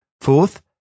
Fourth